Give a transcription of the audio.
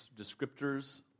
descriptors